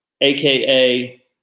AKA